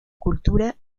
cultura